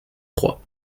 trois